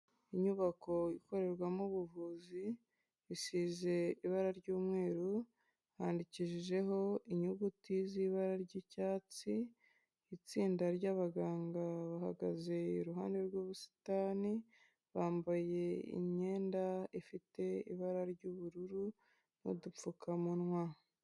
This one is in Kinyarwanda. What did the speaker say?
Inyubako ikorerwamo ubuvuzi isize ibara ry'umweru handikishijeho inyuguti z'ibara ry'icyatsi, itsinda ry'abaganga bahagaze iruhande rw'ubusitani bambaye imyenda ifite ibara ry'ubururu n'udupfukamunwa.